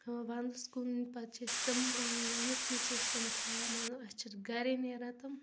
ٲں ونٛدس کُن پتہٕ چھِ أسۍ تِم ٲں ونٛدس منٛز چھِ أسۍ تِم کھیٚوان مطلب اسہِ چھِ گرے نیران تِم